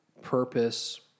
purpose